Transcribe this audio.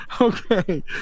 okay